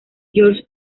george